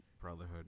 Brotherhood